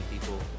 people